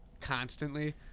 constantly